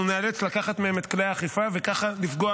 אנחנו ניאלץ לקחת מהן את כלי האכיפה וככה לפגוע